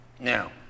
Now